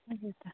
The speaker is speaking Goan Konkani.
दिता